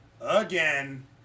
again